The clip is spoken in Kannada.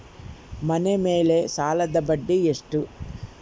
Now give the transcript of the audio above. ಮನೆ ಮೇಲೆ ಸಾಲದ ಬಡ್ಡಿ ಎಷ್ಟು?